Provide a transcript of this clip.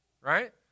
Right